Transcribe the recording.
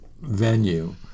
venue